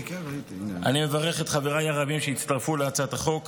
אני מברך את חבריי הרבים שהצטרפו להצעת החוק.